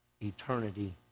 eternity